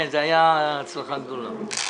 כן, זאת הייתה הצלחה גדולה.